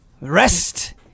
rest